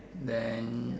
then